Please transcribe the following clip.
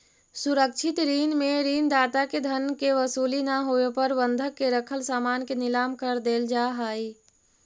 सुरक्षित ऋण में ऋण दाता के धन के वसूली ना होवे पर बंधक के रखल सामान के नीलाम कर देल जा हइ